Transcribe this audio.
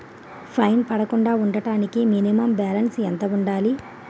Fine పడకుండా ఉండటానికి minimum balance ఎంత ఉండాలి?